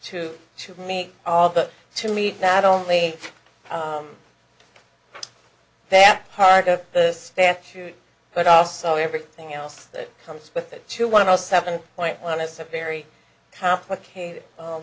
two to meet all but to meet that only that part of the statute but also everything else that comes with it to one of the seven point one it's a very complicated